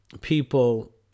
people